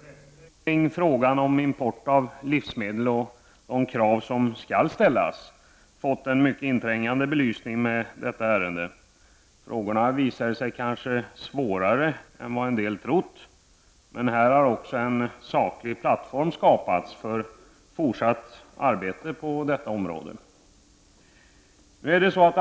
rätten kring frågan om import av livsmedel och de krav som skall ställas fått en mycket inträngande belysning vid behandlingen av detta ärende. Frågorna visade sig vara kanske svårare än vad en del hade trott. Men här har också en saklig plattform skapats för fortsatt arbete på detta område.